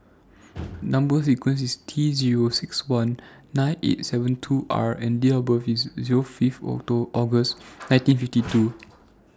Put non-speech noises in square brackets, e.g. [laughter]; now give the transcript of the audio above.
Number sequence IS T Zero six one nine eight seven two R and Date of birth IS Zero Fifth [unintelligible] August nineteen [noise] fifty two